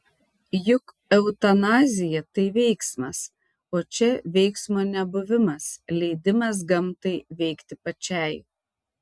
juk eutanazija tai veiksmas o čia veiksmo nebuvimas leidimas gamtai veikti pačiai